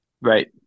Right